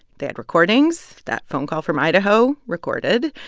they had recordings. that phone call from idaho recorded.